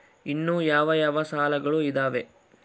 ಇನ್ನು ಯಾವ ಯಾವ ಸಾಲಗಳು ಇದಾವೆ?